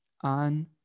on